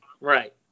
Right